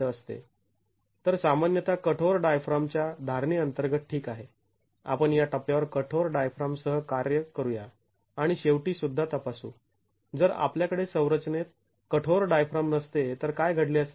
तर सामान्यतः कठोर डायफ्राम च्या धारणे अंतर्गत ठीक आहे आपण या टप्प्यावर कठोर डायफ्राम सह कार्य करूया आणि शेवटी सुद्धा तपासू जर आपल्याकडे संरचनेत कठोर डायफ्राम नसते तर काय घडले असते